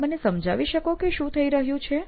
આપ મને સમજાવી શકો કે શું થઇ રહ્યું છે